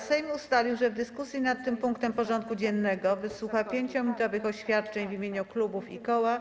Sejm ustalił, że w dyskusji nad tym punktem porządku dziennego wysłucha 5-minutowych oświadczeń w imieniu klubów i koła.